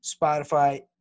Spotify